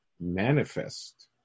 manifest